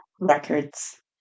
records